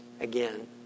again